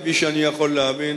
כפי שאני יכול להבין,